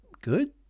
good